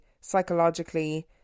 psychologically